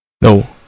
no